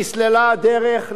נסללה הדרך,